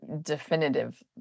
definitive